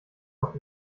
noch